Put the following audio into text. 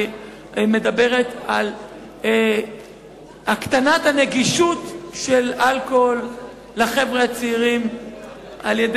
מדברת על הקטנת הנגישות של החבר'ה הצעירים לאלכוהול